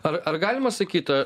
ar ar galima sakyt